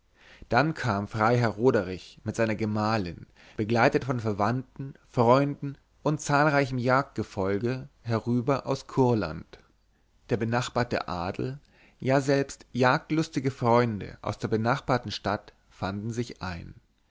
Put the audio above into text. dann kam freiherr roderich mit seiner gemahlin begleitet von verwandten freunden und zahlreichem jagdgefolge herüber aus kurland der benachbarte adel ja selbst jagdlustige freunde aus der naheliegenden stadt fanden sich ein